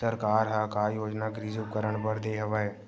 सरकार ह का का योजना कृषि उपकरण बर दे हवय?